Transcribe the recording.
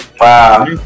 Wow